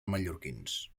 mallorquins